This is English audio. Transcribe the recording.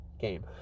game